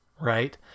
Right